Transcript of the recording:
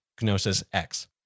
GnosisX